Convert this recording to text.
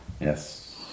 Yes